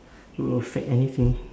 will affect anything